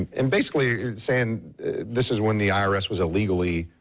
and basically saying this is when the irs was illegally.